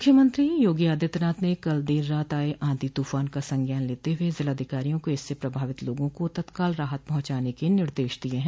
मुख्यमंत्री योगी आदित्यनाथ ने कल देर रात आये आंधी तूफान का संज्ञान लेते हुए जिलाधिकारियों को इससे प्रभावित लोगों को तत्काल राहत पहुंचाने के निर्देश दिये हैं